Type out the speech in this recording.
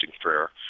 prayer